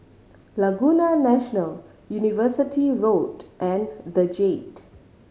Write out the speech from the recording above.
Laguna National University Road and The Jade